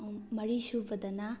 ꯃꯔꯤꯁꯨꯕꯗꯅ